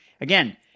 Again